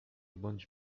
bądź